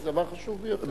זה דבר חשוב ביותר.